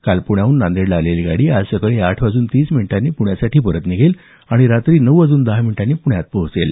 काल पुण्याहून नांदेडला आलेली गाडी आज सकाळी आठ वाजून तीस मिनिटांनी पुण्यासाठी निघेल आणि रात्री नऊ वाजून दहा मिनिटांनी पुण्यात पोहोचेल